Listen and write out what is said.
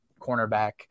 cornerback